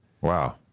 wow